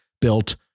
built